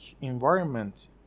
environment